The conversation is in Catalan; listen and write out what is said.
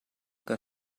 que